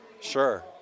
Sure